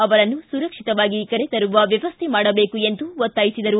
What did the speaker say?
ಅವರನ್ನು ಸುರಕ್ಷಿತವಾಗಿ ಕರೆತರುವ ವ್ಯವಸ್ಥೆ ಮಾಡಬೇಕು ಎಂದು ಒತ್ತಾಯಿಸಿದರು